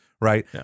right